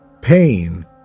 Pain